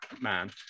man